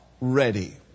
ready